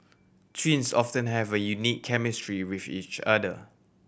twins often have a unique chemistry with each other